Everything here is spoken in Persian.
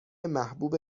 محبوب